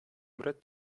brett